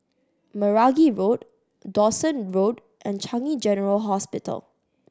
Meragi Road Dawson Road and Changi General Hospital